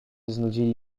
znudzili